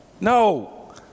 no